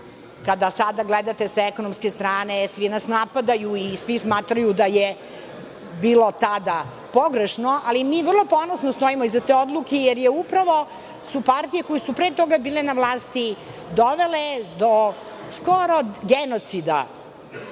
kada sada gledate sa ekonomske strane, svi nas napadaju i svi smatraju da je bilo tada pogrešno, ali mi vrlo ponosno stojimo iza te odluke, jer su upravo partije koje su pre toga bile na vlasti dovele do skoro genocida